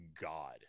God